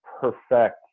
perfect